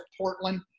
Portland